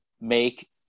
make